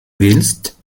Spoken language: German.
willst